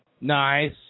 Nice